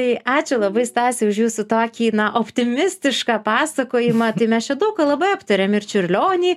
tai ačiū labai stase už jūsų tokį na optimistišką pasakojimą tai mes čia daug ką labai aptarėm ir čiurlionį